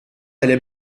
delle